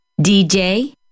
DJ